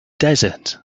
desert